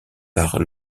par